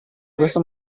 questo